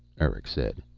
eric said.